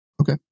Okay